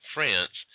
France